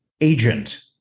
agent